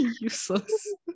Useless